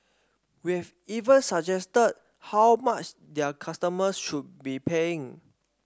we have even suggested how much their customers should be paying